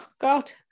God